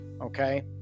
Okay